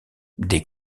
des